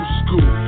school